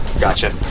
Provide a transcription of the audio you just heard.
Gotcha